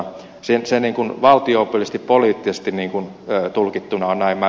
se niin kuin valtio opillisesti poliittisesti tulkittuna on näin